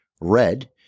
red